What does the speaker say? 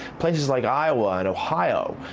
places like iowa and ohio,